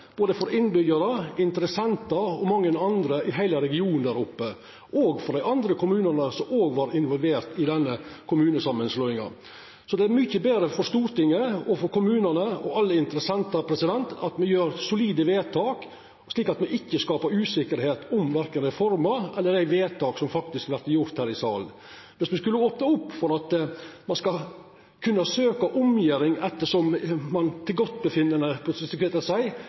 både innbyggjarar, interessentar og mange andre i heile regionen der oppe – òg for dei andre kommunane som var involverte i denne kommunesamanslåinga. Det er mykje betre for Stortinget, kommunane og alle interessentane at me gjer solide vedtak, slik at me ikkje skapar usikkerheit om korkje reforma eller dei vedtaka som vert gjorde her i salen. Viss me skulle opna opp for at ein kommune kunne søkja om omgjering slik han sjølv finn det for godt,